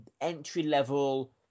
entry-level